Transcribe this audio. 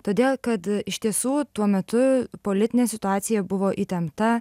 todėl kad iš tiesų tuo metu politinė situacija buvo įtempta